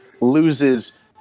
loses